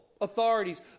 authorities